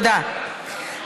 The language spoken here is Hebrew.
כעיקרון זה לא משנה את התוצאה,